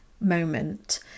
moment